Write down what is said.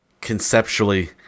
Conceptually